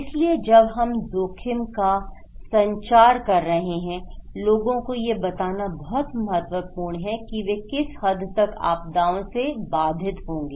इसलिए जब हम जोखिम का संचार कर रहे हैं लोगों को यह बताना बहुत महत्वपूर्ण है कि वे किस हद तक आपदाओं से बाधित होंगे